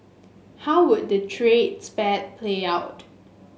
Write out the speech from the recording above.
how would the trade spat play out